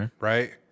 right